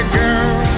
girl